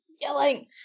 yelling